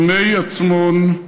בני עצמון,